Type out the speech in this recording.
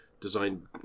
designed